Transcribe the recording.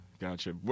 gotcha